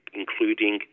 including